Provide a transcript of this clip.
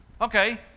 Okay